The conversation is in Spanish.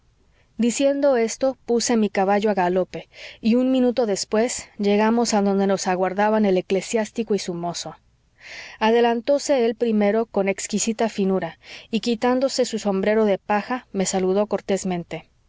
diciendo esto puse mi caballo a galope y un minuto después llegamos adonde nos aguardaban el eclesiástico y su mozo adelantóse el primero con exquisita finura y quitándose su sombrero de paja me saludó cortésmente